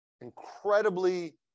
incredibly